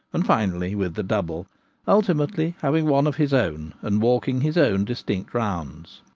and finally with the double ultimately having one of his own and walking his own distinct rounds.